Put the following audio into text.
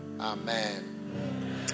Amen